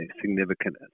significant